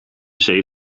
zee